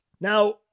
Now